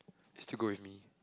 you still go with me